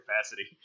capacity